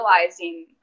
realizing